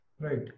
right